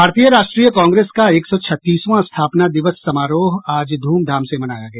भारतीय राष्ट्रीय कांग्रेस का एक सौ छत्तीसवां स्थापना दिवस समारोह आज ध्रमधाम से मनाया गया